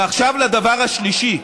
עכשיו לדבר השלישי: